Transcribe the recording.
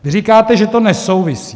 Vy říkáte, že to nesouvisí.